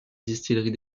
distillerie